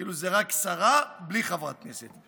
כאילו, זה רק שרה, בלי חברת כנסת.